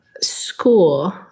school